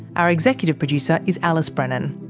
our executive producer is alice brennan.